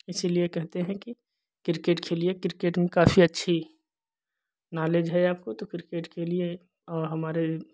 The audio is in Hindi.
इसीलिए कहते हैं कि क्रिकेट खेलिए क्रिकेट में काफी अच्छी नॉलेज है आपको तो क्रिकेट खेलिए औ हमारे